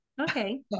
Okay